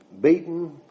beaten